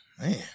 Man